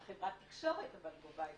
חברת התקשורת גובה את זה.